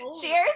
Cheers